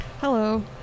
Hello